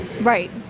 Right